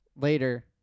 later